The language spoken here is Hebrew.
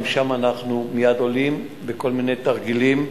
גם שם אנחנו מייד עולים בכל מיני תרגילים,